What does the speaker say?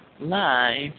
live